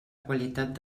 qualitat